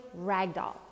ragdoll